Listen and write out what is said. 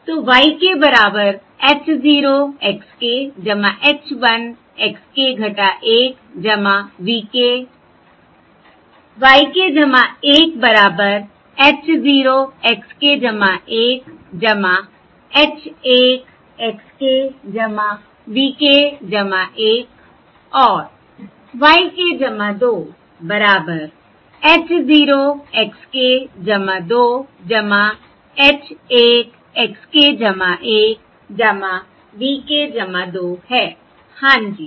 तो y k बराबर h 0 x k h 1 x k 1 v k y k 1 बराबर h 0 x k 1 h 1 x k v k 1 और y k 2 बराबर h 0 x k 2 h 1 x k 1 v k 2 है हाँ जी